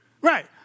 Right